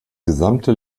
gesamte